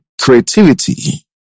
creativity